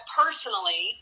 personally